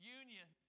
union